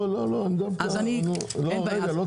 לא, לא.